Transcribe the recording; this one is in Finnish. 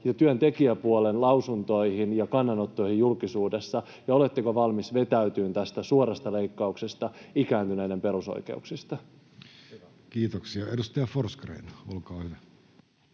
ja työntekijäpuolen lausuntoihin ja kannanottoihin julkisuudessa, ja oletteko valmis vetäytymään tästä suorasta leikkauksesta ikääntyneiden perusoikeuksista? Kiitoksia. — Edustaja Forsgrén, olkaa hyvä.